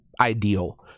ideal